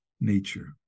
nature